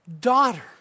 daughter